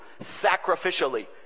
sacrificially